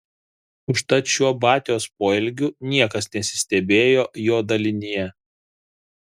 užtat šiuo batios poelgiu niekas nesistebėjo jo dalinyje